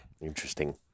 Interesting